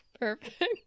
Perfect